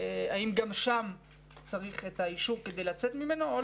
האם גם שם צריך אישור כדי לצאת מן הרשת או לא.